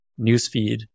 newsfeed